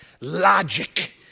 logic